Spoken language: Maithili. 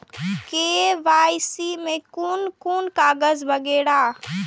के.वाई.सी में कोन कोन कागज वगैरा?